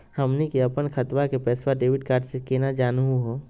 हमनी के अपन खतवा के पैसवा डेबिट कार्ड से केना जानहु हो?